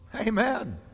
amen